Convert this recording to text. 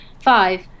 Five